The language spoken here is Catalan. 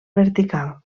vertical